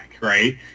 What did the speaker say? right